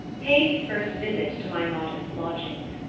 paid his first visit to my modest lodgings.